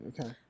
Okay